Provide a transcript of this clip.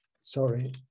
Sorry